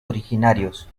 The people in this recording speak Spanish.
originarios